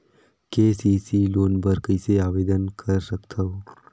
KCC loan बर कइसे आवेदन कर सकथव?